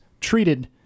treated